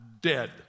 Dead